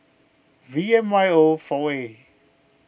V M Y O four A